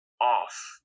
off